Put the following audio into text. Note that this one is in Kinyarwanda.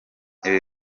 ibi